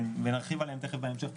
ותיכף נרחיב עליהם בהמשך,